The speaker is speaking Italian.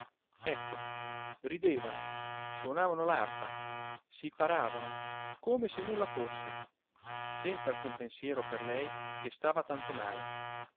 ecco ridevano sonavano l'arpa si paravano come se nulla fosse senza alcun pensiero per lei che stava tanto male